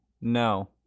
no